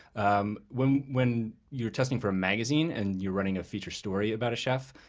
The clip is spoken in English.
um when when you're testing for a magazine and you're running a feature story about a chef,